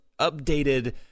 updated